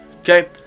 Okay